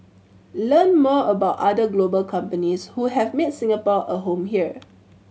learn more about other global companies who have made Singapore a home here